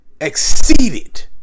exceeded